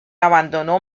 abandonó